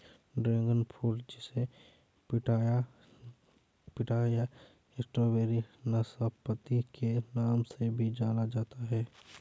dragon fruit जिसे pitaya या strawberry नाशपाती के नाम से भी जाना जाता है